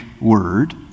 word